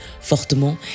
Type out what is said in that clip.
fortement